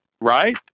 right